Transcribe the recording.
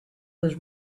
was